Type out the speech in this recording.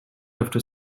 after